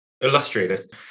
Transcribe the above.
illustrated